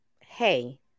hey